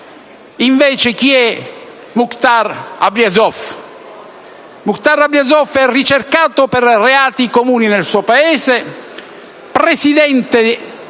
invece, Mukhtar Ablyazov? Mukhtar Ablyazov è ricercato per reati comuni nel suo Paese: presidente già